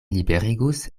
liberigus